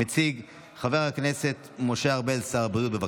מציג חבר הכנסת משה ארבל, שר הבריאות, בבקשה.